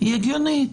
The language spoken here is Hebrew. היא הגיונית.